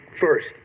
First